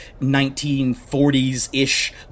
1940s-ish